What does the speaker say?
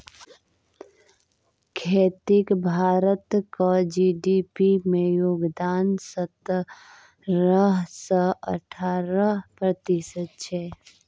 खेतीक भारतक जी.डी.पी मे योगदान सतरह सँ अठारह प्रतिशत छै